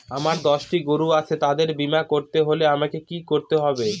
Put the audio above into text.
আমার দশটি গরু আছে তাদের বীমা করতে হলে আমাকে কি করতে হবে?